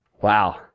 Wow